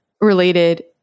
related